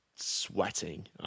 sweating